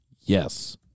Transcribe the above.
Yes